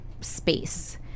space